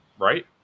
Right